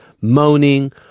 moaning